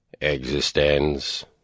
existence